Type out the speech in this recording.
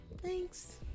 thanks